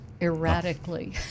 erratically